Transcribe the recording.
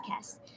podcast